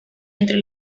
entre